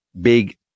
big